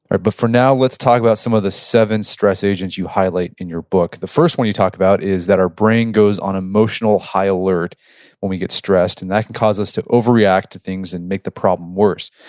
ah but for now, let's talk about some of the seven stress agents you highlight in your book. the first one you talked about is that our brain goes on emotional high alert when we get stressed. and that can cause us to overreact to things and make the problem worse.